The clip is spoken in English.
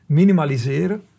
minimaliseren